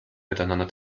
miteinander